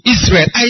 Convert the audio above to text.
Israel